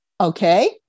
Okay